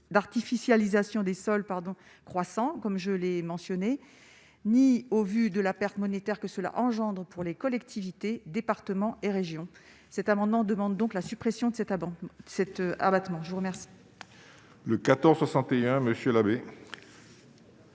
d'artificialisation des sols pardon croissant, comme je l'ai mentionné ni au vu de la perte monétaire que cela engendre pour les collectivités, départements et régions, cet amendement demande donc la suppression de cet abandon, cet abattement, je vous remercie.